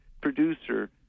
producer